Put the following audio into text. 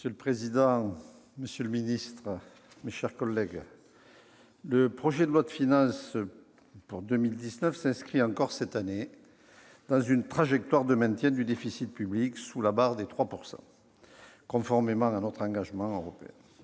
Monsieur le président, monsieur le secrétaire d'État, mes chers collègues, le projet de loi de finances pour 2019 s'inscrit encore cette année dans une trajectoire de maintien du déficit public sous la barre des 3 %, conformément à notre engagement européen.